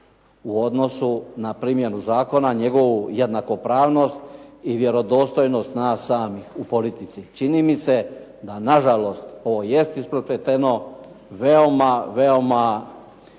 u odnosu na primjenu zakona, njegovu jednakopravnost i vjerodostojnost nas samih u politici. Čini mi se da nažalost ovo jest isprepleteno veoma, veoma